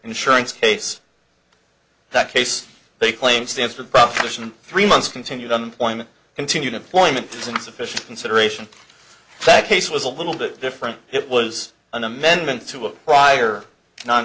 insurance case that case they claim stands for the prosecution three months continued employment continued employment is insufficient consideration that case was a little bit different it was an amendment to a prior non